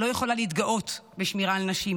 לא יכולה להתגאות בשמירה על נשים